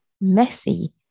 messy